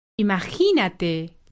Imagínate